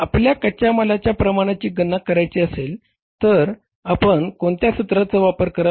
आपल्याला कच्या मालाच्या प्रमाणाची गणना करायची असेल तर आपण कोणत्या सूत्राचा वापर कराल